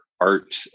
art